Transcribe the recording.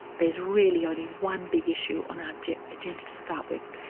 there's really only one big issue on our agenda to start with,